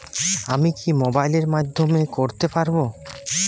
আমি কি মোবাইলের মাধ্যমে করতে পারব?